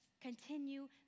continue